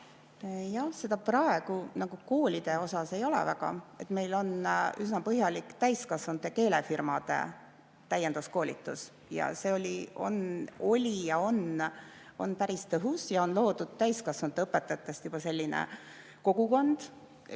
Jah, seda praegu koolide osas ei ole väga. Meil on üsna põhjalik täiskasvanute, keelefirmade täienduskoolitus. See oli ja on päris tõhus, on loodud täiskasvanute õpetajatest juba selline kogukond, kes